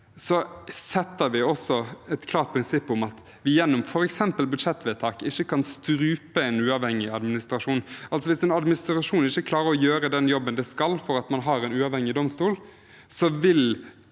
setter vi også et klart prinsipp om at vi gjennom f.eks. budsjettvedtak ikke kan strupe en uavhengig administrasjon. Altså: Hvis en administrasjon ikke klarer å gjøre den jobben den skal for at man har en uavhengig domstol, vil